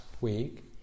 week